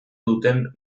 duten